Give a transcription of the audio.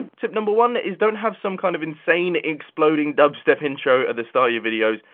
tip number one is don't have some kind of insane exploding dubstep intro at the start your videos.